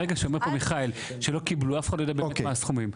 ברגע שמיכאל אומר פה שאף אחד לא יודע מהם הסכומים.